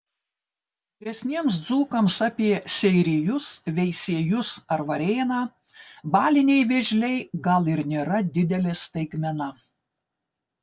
vyresniems dzūkams apie seirijus veisiejus ar varėną baliniai vėžliai gal ir nėra didelė staigmena